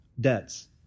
debts